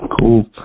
Cool